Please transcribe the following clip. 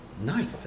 knife